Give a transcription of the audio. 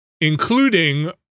including